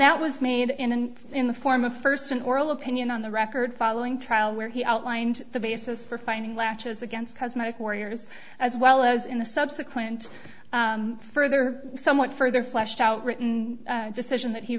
that was made in an in the form of first an oral opinion on the record following trial where he outlined the basis for finding latches against cosmetic warrior's as well as in a subsequent further somewhat further fleshed out written decision that he